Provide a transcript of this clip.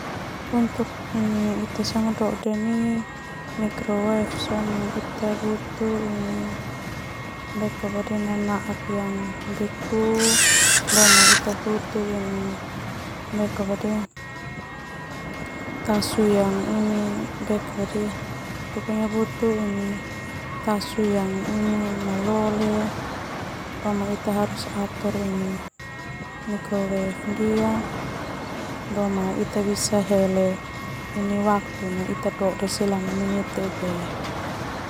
Dode ni microwave butuh tasu malole ita harus atur microwave ita hele waktu selama menit baube.